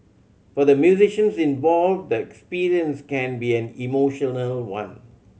for the musicians involved the experience can be an emotional one